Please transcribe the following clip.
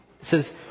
says